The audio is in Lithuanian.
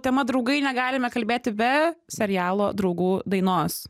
tema draugai negalime kalbėti be serialo draugų dainos